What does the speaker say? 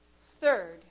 Third